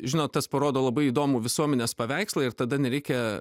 žinot tas parodo labai įdomų visuomenės paveikslą ir tada nereikia